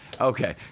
Okay